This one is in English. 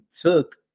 took